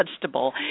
vegetable